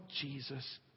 Jesus